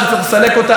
יש לאן לשאוף.